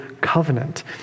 covenant